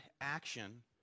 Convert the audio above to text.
action